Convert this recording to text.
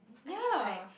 ya